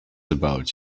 about